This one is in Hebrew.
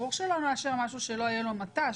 ברור שלא נאשר משהו שלא יהיה לו מט"ש,